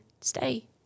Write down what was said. Stay